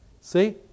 See